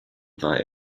war